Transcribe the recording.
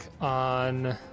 on